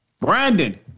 Brandon